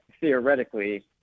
theoretically